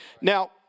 Now